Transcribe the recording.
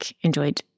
enjoyed